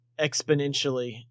exponentially